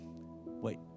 wait